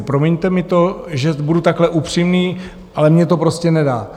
Promiňte mi to, že budu takhle upřímný, ale mně to prostě nedá.